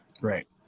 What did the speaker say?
Right